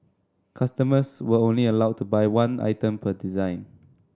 customers were only allowed to buy one item per design